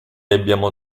abbiamo